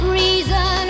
reason